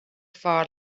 far